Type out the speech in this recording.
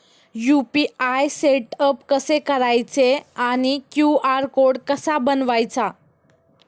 UPI setup कसे करायचे आणि क्यू.आर कोड कसा बनवायचा?